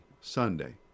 Sunday